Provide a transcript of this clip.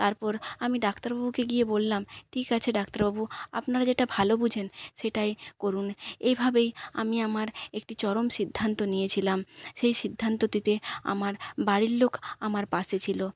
তারপর আমি ডাক্তারবাবুকে গিয়ে বললাম ঠিক আছে ডাক্তারবাবু আপনারা যেটা ভালো বোঝেন সেটাই করুন এইভাবেই আমি আমার একটি চরম সিদ্ধান্ত নিয়েছিলাম সেই সিদ্ধান্ত দিতে আমার বাড়ির লোক আমার পাশে ছিলো